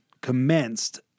commenced